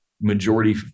majority